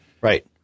right